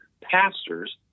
pastors